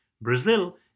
Brazil